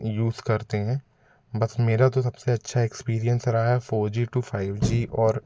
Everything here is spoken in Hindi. यूज़ करते हैं बस मेरा तो सब से अच्छा एक्सपीरियेंस रहा है four G to five G और